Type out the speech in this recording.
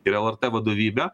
ir lrt vadovybė